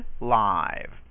live